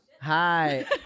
hi